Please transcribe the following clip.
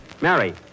Mary